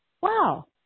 Wow